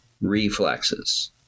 reflexes